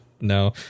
no